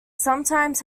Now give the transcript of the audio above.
sometimes